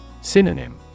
Synonym